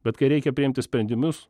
bet kai reikia priimti sprendimus